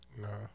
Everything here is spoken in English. No